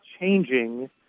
changing